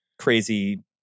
crazy